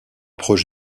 proche